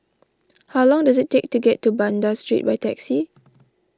how long does it take to get to Banda Street by taxi